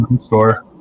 store